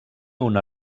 una